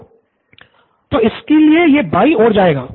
ठीक है तो इसलिए यह बायीं ओर जाएगा